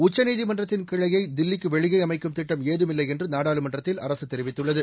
உச்சநீதிமன்றத்தின் கிளையை தில்லிக்கு வெளியே அமைக்கும் திட்டம் ஏதுமில்லை என்று நாடாளுமன்றத்தில் அரசு தெரிவித்துள்ளது